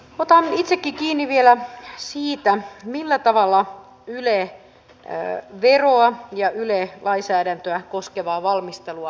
otan itsekin kiinni vielä siitä millä tavalla yle veroa ja yle lainsäädäntöä koskevaa valmistelua on tehty